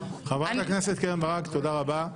חברת הכנסת קרן ברק, תודה רבה.